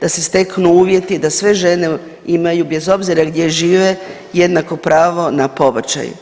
da se steknu uvjeti da sve žene imaju bez obzira gdje žive jednako pravo na pobačaj.